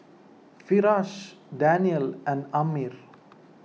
Firash Daniel and Ammir